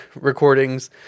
recordings